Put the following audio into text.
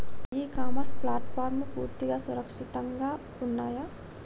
ఇ commerce ప్లాట్ఫారమ్లు పూర్తిగా సురక్షితంగా ఉన్నయా?